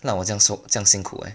让我这样辛苦 eh